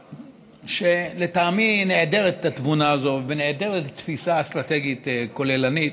שלטעמי נעדרת התבונה הזאת ונעדרת תפיסה אסטרטגית כוללנית.